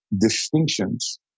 distinctions